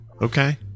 Okay